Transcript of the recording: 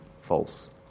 false